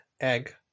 egg